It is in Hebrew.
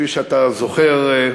כפי שאתה זוכר,